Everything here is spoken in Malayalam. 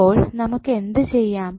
അപ്പോൾ നമുക്ക് എന്തു ചെയ്യാം